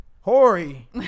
Hori